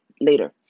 later